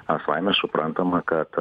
a faina suprantama kad